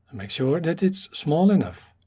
make sure that it is small enough.